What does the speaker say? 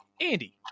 Andy